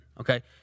okay